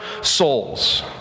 souls